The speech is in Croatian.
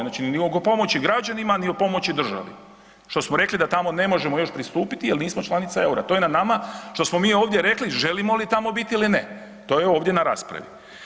Znači ni oko pomoći građanima ni o pomoći državi, što smo rekli da tamo ne možemo još pristupiti jer nismo članica eura, to je na nama što smo mi ovdje rekli želimo li tamo biti ili ne, to je ovdje na raspravi.